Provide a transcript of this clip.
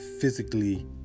physically